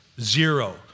Zero